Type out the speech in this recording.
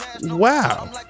wow